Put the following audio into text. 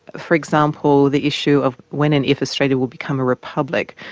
for example, the issue of when and if australia will become a republic,